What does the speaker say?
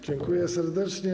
Dziękuję serdecznie.